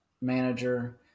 manager